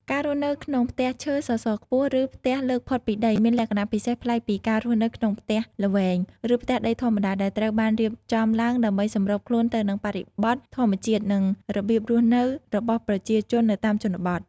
ការរស់នៅក្នុងផ្ទះឈើសសរខ្ពស់ ឬផ្ទះលើកផុតពីដី មានលក្ខណៈពិសេសប្លែកពីការរស់នៅក្នុងផ្ទះល្វែង ឬផ្ទះដីធម្មតា ដែលត្រូវបានរៀបចំឡើងដើម្បីសម្របខ្លួនទៅនឹងបរិបទធម្មជាតិ និងរបៀបរស់នៅរបស់ប្រជាជននៅតាមជនបទ ។